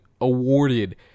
awarded